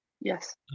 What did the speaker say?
Yes